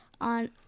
on